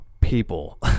people